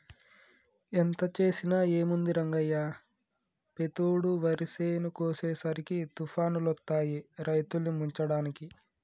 ఎంత చేసినా ఏముంది రంగయ్య పెతేడు వరి చేను కోసేసరికి తుఫానులొత్తాయి రైతుల్ని ముంచడానికి